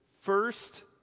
first